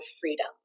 freedom